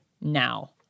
now